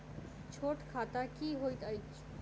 छोट खाता की होइत अछि